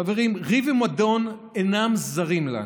חברים, ריב ומדון אינם זרים לנו,